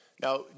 Now